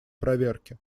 проверке